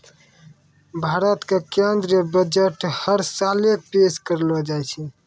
भारत के केन्द्रीय बजट हर साले पेश करलो जाय छै